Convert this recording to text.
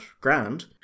grand